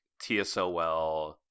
TSOL